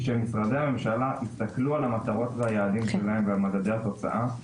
היא שמשרדי הממשלה יסתכלו על המטרות והיעדים שלהם ועל מדדי התוצאה,